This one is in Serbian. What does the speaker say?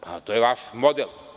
Pa, to je vaš model.